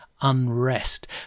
unrest